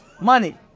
money